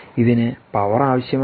ഇതിന് പവർ ആവശ്യമാണ്